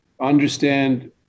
understand